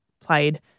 played –